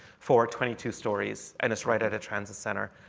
for twenty two stories. and it's right at a transit center.